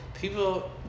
People